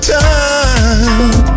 time